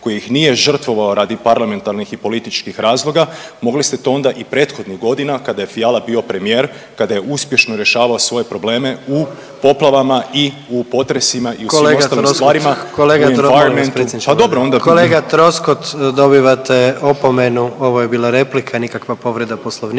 koji ih nije žrtvovao radi parlamentarnih i političkih razloga, mogli ste to onda i prethodnih godina kada je Fiala bio premijer, kada je uspješno rješavao svoje probleme u poplavama i u potresima i u svim ostalim stvarima …/Upadica predsjednik: Kolega Troskot/… …/Govorni